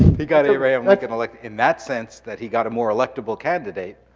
he got abraham lincoln elected in that sense that he got a more electable candidate.